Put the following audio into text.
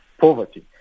poverty